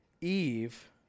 Eve